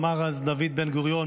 אמר אז דוד בן-גוריון,